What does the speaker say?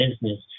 business